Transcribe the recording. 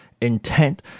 Intent